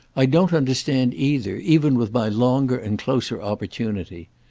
i don't understand either, even with my longer and closer opportunity.